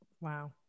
wow